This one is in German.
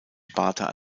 sparta